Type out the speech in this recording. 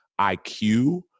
IQ